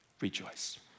Rejoice